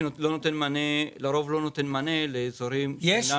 כי זה לרוב לא נותן מענה לאזורים שאינם בביקוש.